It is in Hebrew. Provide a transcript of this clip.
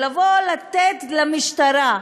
לבוא ולתת למשטרה,